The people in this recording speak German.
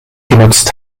genutzt